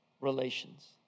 relations